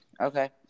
okay